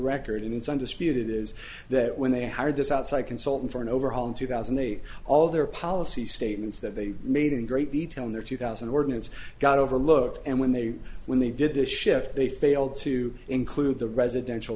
record and it's undisputed is that when they hired this outside consultant for an overhaul in two thousand and eight all of their policy statements that they made in great detail in their two thousand ordinance got over looked and when they when they did this shift they failed to include the residential